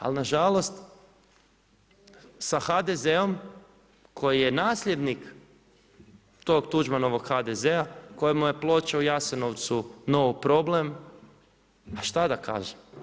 Ali nažalost sa HDZ-om koji je nasljednik tog Tuđmanovog HDZ-a koja mu je ploča u Jasenovcu no problem, a šta da kažem.